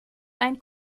ein